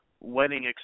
wedding